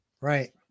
Right